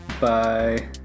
Bye